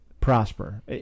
prosper